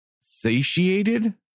satiated